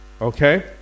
Okay